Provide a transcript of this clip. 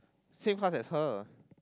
same class as her